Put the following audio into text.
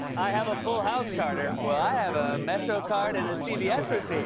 i have a full house, carter. well, i have a metrocard and sort of yeah so so a